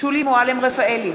שולי מועלם-רפאלי,